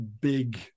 big